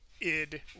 id